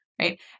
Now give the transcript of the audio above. right